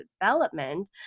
development